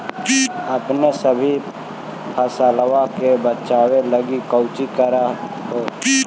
अपने सभी फसलबा के बच्बे लगी कौची कर हो?